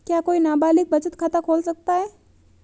क्या कोई नाबालिग बचत खाता खोल सकता है?